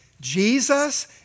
Jesus